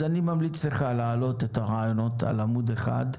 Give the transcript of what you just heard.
אני ממליץ לך להעלות את הרעיונות על עמוד אחד,